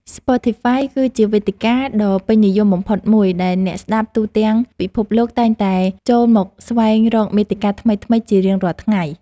ស្ប៉ូទីហ្វាយគឺជាវេទិកាដ៏ពេញនិយមបំផុតមួយដែលអ្នកស្តាប់ទូទាំងពិភពលោកតែងតែចូលមកស្វែងរកមាតិកាថ្មីៗជារៀងរាល់ថ្ងៃ។